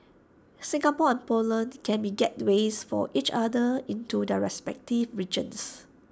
Singapore and Poland can be gateways for each other into their respective regions